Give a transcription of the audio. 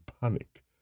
panic